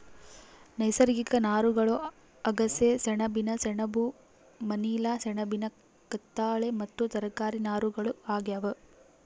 ನೈಸರ್ಗಿಕ ನಾರುಗಳು ಅಗಸೆ ಸೆಣಬಿನ ಸೆಣಬು ಮನಿಲಾ ಸೆಣಬಿನ ಕತ್ತಾಳೆ ಮತ್ತು ತರಕಾರಿ ನಾರುಗಳು ಆಗ್ಯಾವ